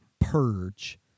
purge